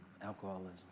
alcoholism